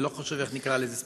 ולא חשוב איך נקרא לזה,